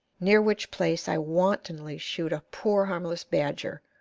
near which place i wantonly shoot a poor harmless badger,